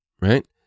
right